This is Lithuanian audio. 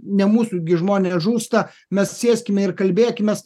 ne mūsų gi žmonės žūsta mes sėskime ir kalbėkimės